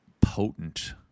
potent